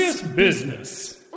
business